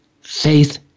faith